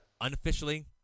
Unofficially